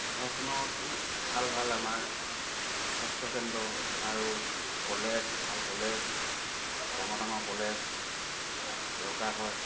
চহৰখনতো ভাল ভাল আমাৰ স্বাস্থ্যকেন্দ্ৰ আৰু কলেজ ভাল কলেজ ডাঙৰ ডাঙৰ কলেজ দৰকাৰ হয়